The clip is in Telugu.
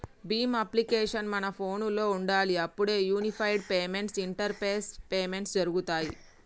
భీమ్ అప్లికేషన్ మన ఫోనులో ఉండాలి అప్పుడే యూనిఫైడ్ పేమెంట్స్ ఇంటరపేస్ పేమెంట్స్ జరుగుతాయ్